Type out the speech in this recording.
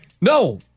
no